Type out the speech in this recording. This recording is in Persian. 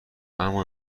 اما